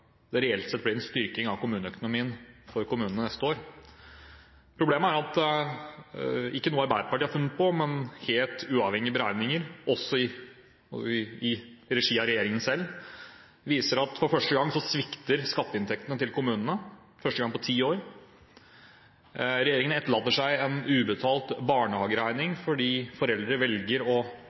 det reelt sett blir en styrking av kommuneøkonomien neste år. Problemet er – og det er ikke noe Arbeiderpartiet har funnet på – at helt uavhengige beregninger, også i regi av regjeringen selv, viser at for første gang på ti år svikter skatteinntektene til kommunene. Regjeringen etterlater seg en ubetalt barnehageregning, fordi foreldre fortsatt velger å